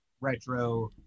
retro